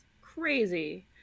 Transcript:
crazy